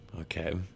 Okay